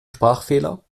sprachfehler